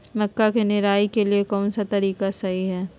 मक्का के निराई के लिए कौन सा तरीका सही है?